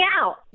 out